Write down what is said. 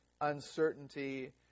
uncertainty